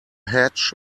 hatch